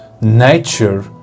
nature